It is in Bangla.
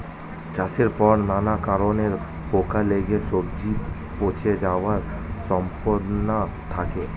চাষের পর নানা কারণে পোকা লেগে সবজি পচে যাওয়ার সম্ভাবনা থাকে